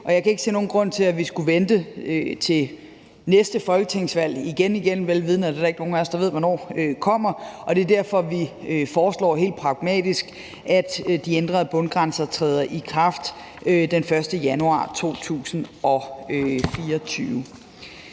jeg kan ikke se nogen grund til, at vi skulle vente til næste folketingsvalg igen igen, vel vidende at der ikke er nogen af os, der ved, hvornår det kommer, og det er derfor, at vi helt pragmatisk foreslår, at de ændrede bundgrænser træder i kraft den 1. januar 2024.